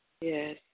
Yes